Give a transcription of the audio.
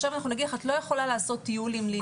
עכשיו נגיד לך את לא יכולה לעשות טיול עם לינה,